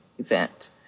event